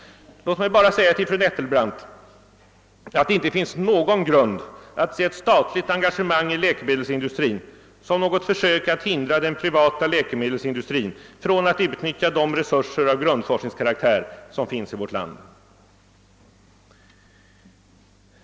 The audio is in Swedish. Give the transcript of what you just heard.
Låt mig bara säga till fru Nettelbrandt att det inte finns någon grund att se ett statligt engagemang i läkemedelsindustrin som något försök att hindra den privata läkemedelsindustrin från att utnyttja de resurser av grundforskningskaraktär som finns i vårt land.